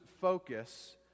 focus